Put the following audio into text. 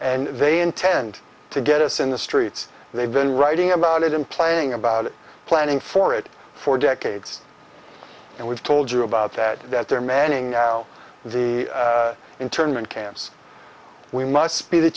and they intend to get us in the streets they've been writing about it and playing about it planning for it for decades and we've told you about that that they're manning the internment camps we must be the